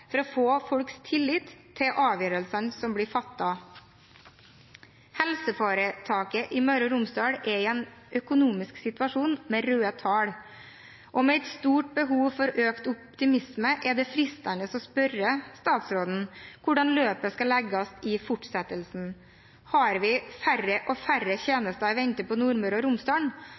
for å få folks tillit til avgjørelsene som blir fattet. Helseforetaket i Møre og Romsdal er i en økonomisk situasjon med røde tall, og med et stort behov for økt optimisme er det fristende å spørre statsråden om hvordan løpet skal legges opp i fortsettelsen. Har vi færre og færre